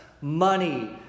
money